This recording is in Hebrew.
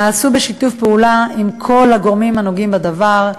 ונעשו בשיתוף פעולה עם כל הגורמים הנוגעים בדבר,